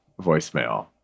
voicemail